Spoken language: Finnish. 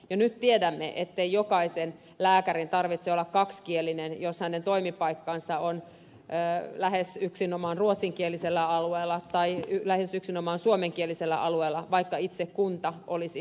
jo nyt tiedämme ettei jokaisen lääkärin tarvitse olla kaksikielinen jos hänen toimipaikkansa on lähes yksinomaan ruotsinkielisellä alueella tai lähes yksinomaan suomenkielisellä alueella vaikka itse kunta olisi kaksikielinen